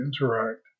interact